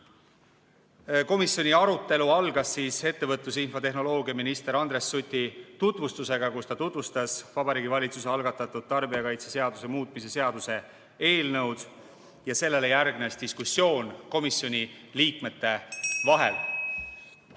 Koppel. Komisjoni arutelu algas ettevõtlus- ja infotehnoloogiaminister Andres Suti sõnavõtuga, kus ta tutvustas Vabariigi Valitsuse algatatud tarbijakaitseseaduse muutmise seaduse eelnõu. Sellele järgnes diskussioon komisjoni liikmete vahel.